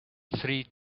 three